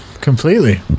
Completely